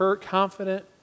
confident